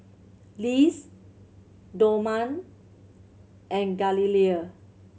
Liz Dorman and Galilea